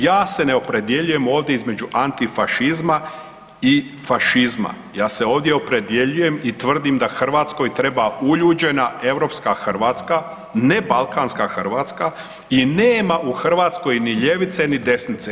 Ja se ne opredjeljujem ovdje između antifašizma i fašizma, ja se ovdje opredjeljujem i tvrdim da Hrvatskoj treba uljuđena europska Hrvatska, ne balkanska Hrvatska i nema u Hrvatskoj ni ljevice, ni desnice.